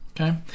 Okay